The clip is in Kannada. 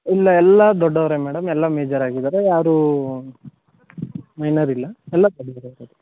ಇಲ್ಲ ಎಲ್ಲ ದೊಡ್ಡವರೇ ಮೇಡಮ್ ಎಲ್ಲ ಮೇಜರ್ ಆಗಿದ್ದಾರೆ ಯಾರೂ ಮೈನರ್ ಇಲ್ಲ ಎಲ್ಲ